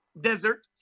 desert